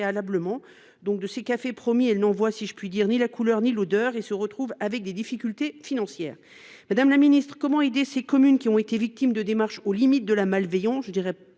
préalablement. De ces cafés promis, elles ne voient, si je puis dire, ni la couleur ni l’odeur. Elles font face ensuite à des difficultés financières. Madame la ministre, comment aider ces communes qui ont été victimes de démarches aux limites de la malveillance,